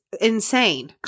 insane